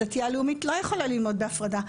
דתייה לאומית לא יכולה ללמוד בהפרדה.